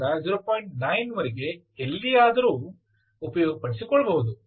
9 ರ ನಂತರ ಎಲ್ಲಿಯಾದರೂ ಉಪಯೋಗಪಡಿಸಿಕೊಳ್ಳಬಹುದು